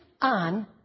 on